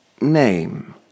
name